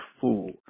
fool